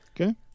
Okay